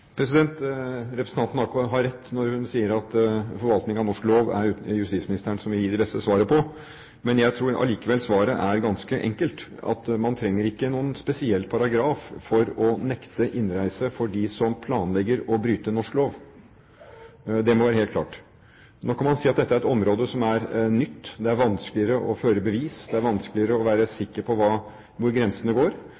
Representanten har nok rett når hun sier at når det gjelder forvaltning av norsk lov, er det justisministeren som kan gi de beste svarene, men jeg tror likevel at svaret er ganske enkelt. Man trenger ikke noen spesiell paragraf for å nekte innreise for dem som planlegger å bryte norsk lov. Det må være helt klart. Så kan man si at dette er et område som er nytt. Det er vanskeligere å føre bevis, det er vanskeligere å være